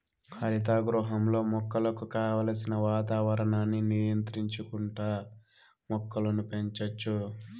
హరిత గృహంలో మొక్కలకు కావలసిన వాతావరణాన్ని నియంత్రించుకుంటా మొక్కలను పెంచచ్చు